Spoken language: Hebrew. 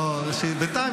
נכון, נכון.